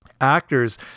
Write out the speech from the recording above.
actors